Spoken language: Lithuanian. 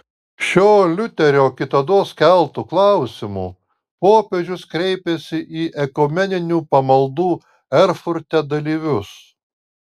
šiuo liuterio kitados keltu klausimu popiežius kreipėsi į ekumeninių pamaldų erfurte dalyvius